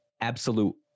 absolute